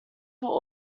will